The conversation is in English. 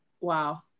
wow